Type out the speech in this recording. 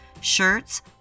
Shirts